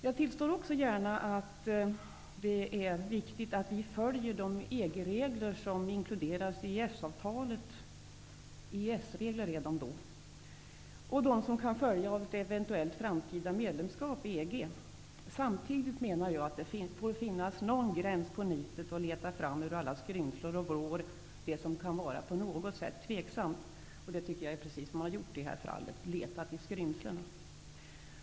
Jag tillstår också gärna att det är viktigt att vi följer de EG-regler som inkluderas i EES-avtalet och de regler som kan följa av ett eventuellt framtida medlemskap i EG. Samtidigt menar jag att det får finnas någon gräns för nitet att ur alla skrymslen och vrår leta fram det som på något sätt kan vara tveksamt. Det tycker jag är precis vad man har gjort i detta fall -- letat i skrymslena.